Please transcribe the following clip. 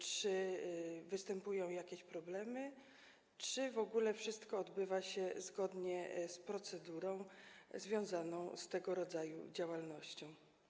Czy występują jakieś problemy, czy w ogóle wszystko odbywa się zgodnie z procedurą związaną z tego rodzaju działalnością?